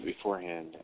beforehand